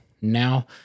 now